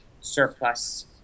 surplus